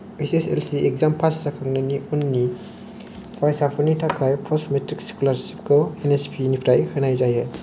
H S L C exam pass जाखांनायनि उननि फरायसाफोरनि थाखाय पस्ट मेट्रिक स्कलारशिपखौ एन एस पि निफ्राय होनाय जायो